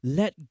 let